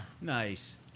Nice